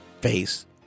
face